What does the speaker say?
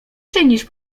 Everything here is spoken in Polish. czynisz